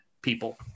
people